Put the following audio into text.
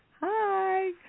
Hi